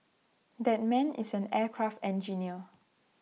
that man is an aircraft engineer